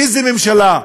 איזו ממשלה?